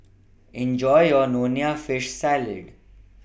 Enjoy your Nonya Fish Salad